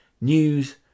news